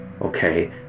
okay